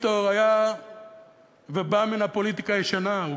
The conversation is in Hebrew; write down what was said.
ויקטור היה ובא מן הפוליטיקה הישנה.